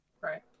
right